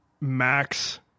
max